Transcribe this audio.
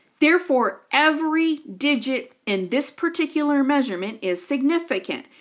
therefore, every digit in this particular measurement is significant.